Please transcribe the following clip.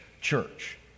church